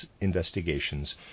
investigations